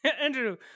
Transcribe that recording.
Andrew